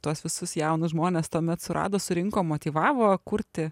tuos visus jaunus žmones tuomet surado surinko motyvavo kurti